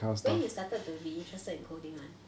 when you started to be interested in coding [one]